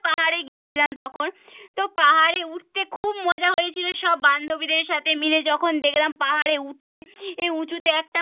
পাহাড়ে গিয়েছিলাম তখন তো পাহাড়ে উঠতে খুব মজা হয়েছিল সব বান্ধবীদের সাথে মিলে যখন দেখলাম পাহাড়ে উঠে এই উঁচুতে একটা